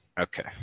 Okay